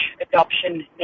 adoption